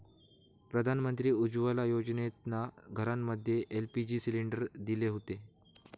प्रधानमंत्री उज्ज्वला योजनेतना घरांमध्ये एल.पी.जी सिलेंडर दिले हुते